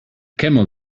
camel